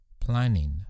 planning